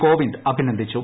കോവിന്ദ് അഭിനന്ദിച്ചു